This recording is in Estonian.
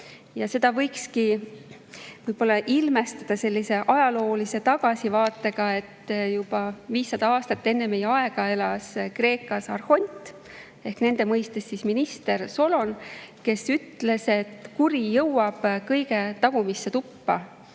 Seda võiks võib-olla ilmestada ajaloolise tagasivaatega. Juba 500 aastat enne meie aega elas Kreekas arhont ehk nende mõistes minister Solon, kes ütles, et kuri jõuab ka kõige tagumisse tuppa.